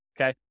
okay